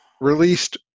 released